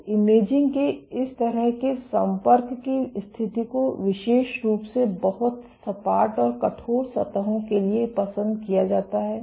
तो इमेजिंग के इस तरह के संपर्क की स्थिति को विशेष रूप से बहुत सपाट और कठोर सतहों के लिए पसंद किया जाता है